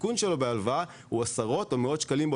הסיכון שלו בהלוואה הוא עשרות או מאות שקלים.